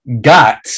got